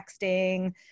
texting